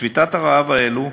שביתות הרעב האלו